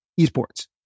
esports